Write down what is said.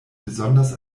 besonders